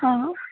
ആ